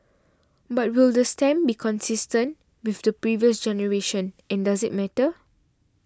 but will the stamp be consistent with the previous generation and does it matter